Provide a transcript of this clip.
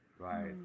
Right